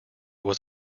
was